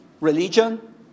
religion